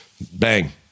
bang